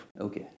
okay